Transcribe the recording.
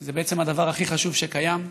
זה בעצם הדבר הכי חשוב שקיים,